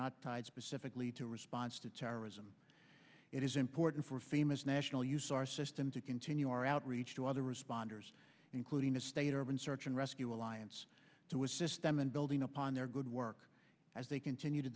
not tied specifically to response to terrorism it is important for famous national use our system to continue our outreach to other responders including the state urban search and rescue alliance to assist them in building upon their good work as they continue to